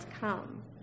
come